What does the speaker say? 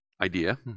idea